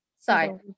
sorry